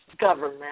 government